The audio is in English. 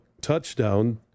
touchdown